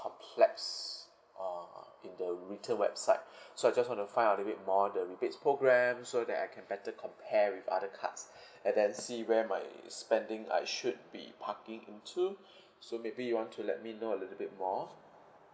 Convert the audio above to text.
complex uh in the retail website so I just want to find a little bit more the rebates program so that I can better compare with other cards and then see where my spending I should be parking into so maybe you want to let me know a little bit more